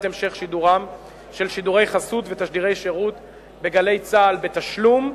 המשך שידורם של שידורי חסות ותשדירי שירות ב"גלי צה"ל" בתשלום,